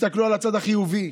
תסתכלו על הצד החיובי.